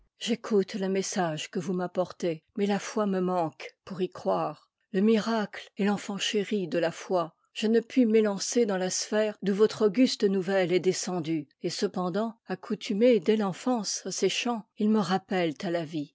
j'écoute le message que vous m'apportez mais ta foi me manque pour y croire le miracle est l'enfant chéri de la foi je ne puis m'élancer dans la sphère d'où votre auguste nouvelle est descen due et cependant accoutumé dès l'enfance à ces chants ils me rappellent à la vie